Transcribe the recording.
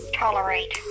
tolerate